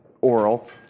oral